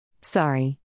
Sorry